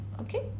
okay